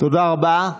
תודה רבה.